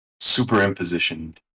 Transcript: superimpositioned